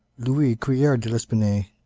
louis couillard de l'espinay,